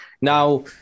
Now